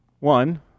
One